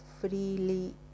freely